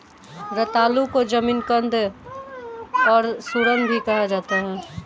रतालू को जमीकंद और सूरन भी कहा जाता है